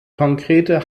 konkrete